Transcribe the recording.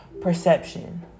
perception